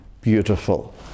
beautiful